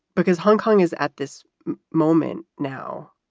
because hong kong is at this moment now.